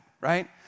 right